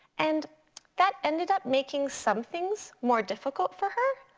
and that ended up making some things more difficult for her.